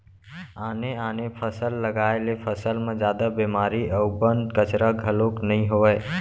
आने आने फसल लगाए ले फसल म जादा बेमारी अउ बन, कचरा घलोक नइ होवय